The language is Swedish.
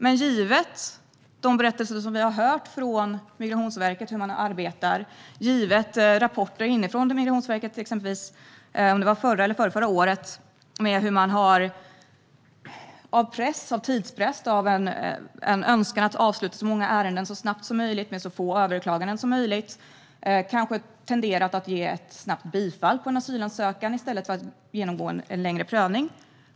Men givet de berättelser och rapporter vi har hört från Migrationsverket förra eller förrförra året tenderar man av tidspress och en önskan att avsluta så många ärenden så snabbt som möjligt och med så få överklaganden som möjligt att snabbt ge den asylsökande ett bifall i stället för att göra en längre prövning.